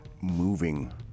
moving